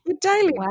Daily